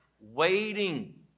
waiting